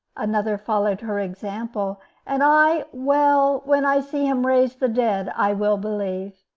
another followed her example and i well, when i see him raise the dead, i will believe.